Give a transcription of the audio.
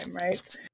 right